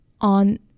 on